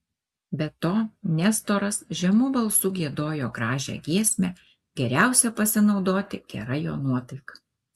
be to nestoras žemu balsu giedojo gražią giesmę geriausia pasinaudoti gera jo nuotaika